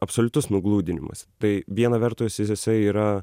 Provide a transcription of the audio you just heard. absoliutus nugludinimas tai viena vertus ir jisai yra